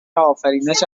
آفرینش